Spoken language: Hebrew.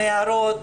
נערות,